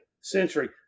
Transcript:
century